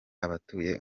abatuye